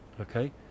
okay